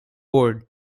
board